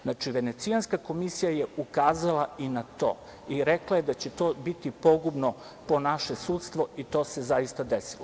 Znači, Venecijanska komisija je ukazala i na to i rekla je da će to biti pogubno po naše sudstvo i to se zaista desilo.